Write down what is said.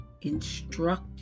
instruct